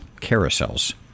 Carousels